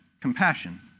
compassion